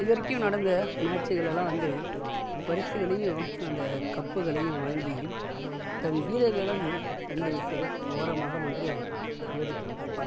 இது வரைக்கும் நடந்த மேட்சுகள் எல்லாம் வந்து பரிசுகளையும் அந்த கப்புகளையும் வாங்கி தன் வீரர்களிடம் தந்துவிட்டு ஓரமாக நின்று வேடிக்கை பார்ப்பார்